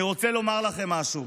אני רוצה לומר לכם משהו: